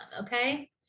okay